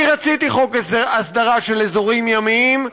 אני רציתי חוק הסדרה של אזורים ימיים,